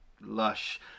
lush